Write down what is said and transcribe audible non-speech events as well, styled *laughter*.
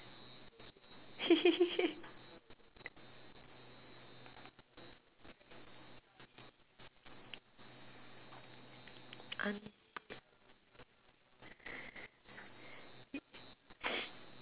*laughs*